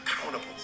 accountable